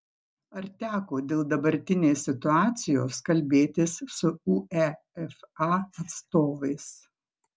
ar teko dėl dabartinės situacijos kalbėtis su uefa atstovais